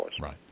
Right